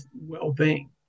well-being